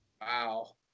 Wow